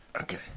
Okay